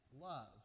love